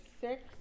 six